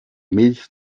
milch